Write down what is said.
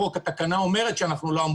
אנחנו לא אוכפים,